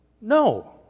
No